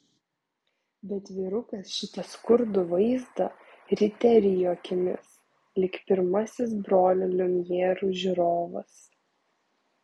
bet vyrukas šitą skurdų vaizdą ryte rijo akimis lyg pirmasis brolių liumjerų žiūrovas